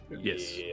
Yes